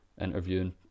interviewing